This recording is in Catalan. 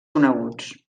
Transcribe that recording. coneguts